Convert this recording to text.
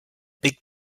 big